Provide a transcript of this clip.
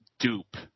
Dupe